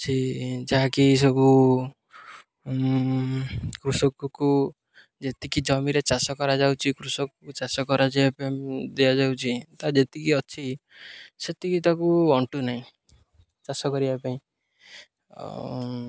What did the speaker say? ସେ ଯାହାକି ସବୁ କୃଷକକୁ ଯେତିକି ଜମିରେ ଚାଷ କରାଯାଉଚି କୃଷକକୁ ଚାଷ କରାଯ ପାଇଁ ଦିଆଯାଉଚି ତା ଯେତିକି ଅଛି ସେତିକି ତାକୁ ଅଣ୍ଟୁ ନାହିଁ ଚାଷ କରିବା ପାଇଁ